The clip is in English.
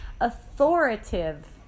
authoritative